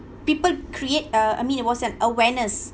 people create uh I mean it was an awareness